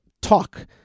talk